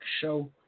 Show